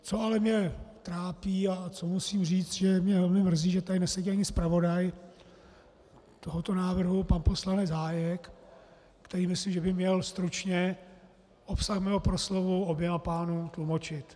Co mě ale trápí a co musím říct, že mě velmi mrzí, že tady nesedí ani zpravodaj tohoto návrhu pan poslanec Hájek, který myslím, že by měl stručně obsah mého proslovu oběma pánům tlumočit.